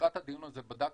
לקראת הדיון הזה, בדקתי.